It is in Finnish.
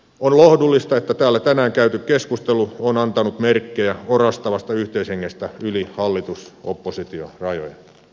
on lohdullista että täällä tänään käyty keskustelu on antanut merkkejä orastavasta yhteishengestä yli hallitusoppositio rajojen